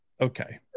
Okay